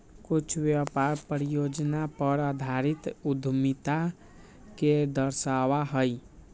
कुछ व्यापार परियोजना पर आधारित उद्यमिता के दर्शावा हई